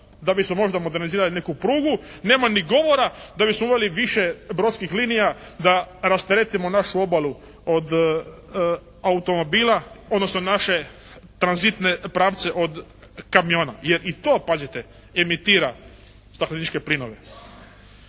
da bismo možda modernizirali neku prugu. Nema ni govora da bismo uveli više brodskih linija da rasteretimo našu obalu od automobila, odnosno naše tranzitne pravce od kamiona. Jer i to pazite emitira stakleničke plinove.